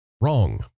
Wrong